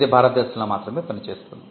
ఇది భారతదేశంలో మాత్రమే పనిచేస్తుంది